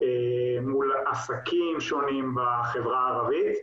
מול עסקים שונים בחברה הערבית,